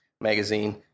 magazine